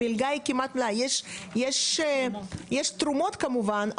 יש תרומות כמובן,